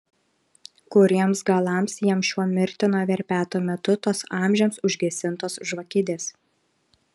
kuriems galams jam šiuo mirtino verpeto metu tos amžiams užgesintos žvakidės